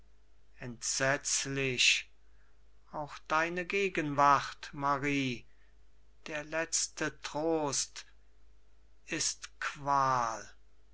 entsetzlich auch deine gegenwart marie der letzte trost ist qual